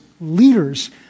leaders